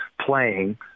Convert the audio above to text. playing